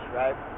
right